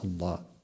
Allah